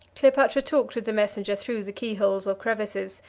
cleopatra talked with the messenger through the keyholes or crevices,